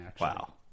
Wow